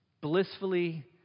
blissfully